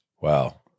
Wow